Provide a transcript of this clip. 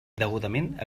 degudament